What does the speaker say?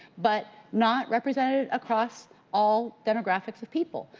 but, not represented across all demographics of people.